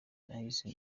nahise